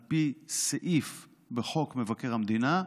על פי סעיף בחוק מבקר המדינה,